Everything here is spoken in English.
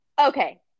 Okay